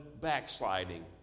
backsliding